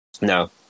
No